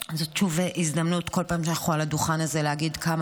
בכל פעם שאנחנו על הדוכן הזה זו הזדמנות להגיד כמה